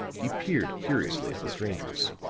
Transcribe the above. he peered curiously at the strangers.